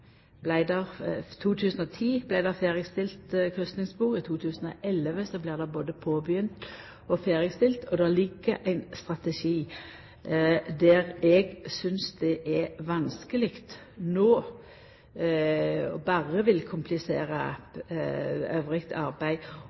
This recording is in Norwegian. i 2010 blir det ferdigstilt kryssingsspor, og i 2011 blir det både påbegynt og ferdigstilt kryssingsspor. Det ligg ein strategi der, så eg synest det er vanskeleg no, og det vil berre komplisera anna arbeid, å